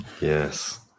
yes